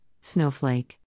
snowflake